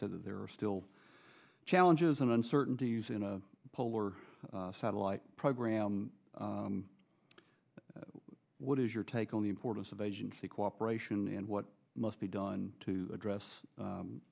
said that there are still challenges and uncertain to use in a polar satellite program what is your take on the importance of agency cooperation and what must be done to address